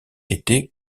été